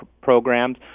programs